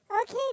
Okay